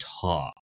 talk